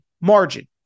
margin